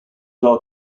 are